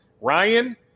Ryan